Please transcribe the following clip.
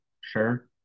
sure